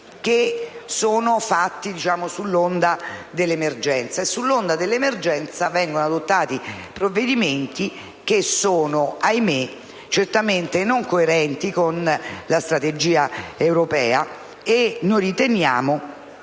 che sono fatti sull'onda dell'emergenza. E sull'onda dell'emergenza vengono adottati provvedimenti che sono - ahimè! - certamente non coerenti con la strategia europea e che noi riteniamo